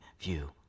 view